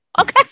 Okay